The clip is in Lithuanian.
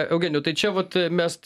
eugenijau tai čia vat mes